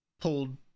pulled